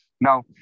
Now